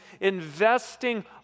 investing